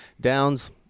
downs